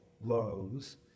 lows